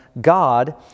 God